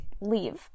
leave